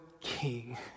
king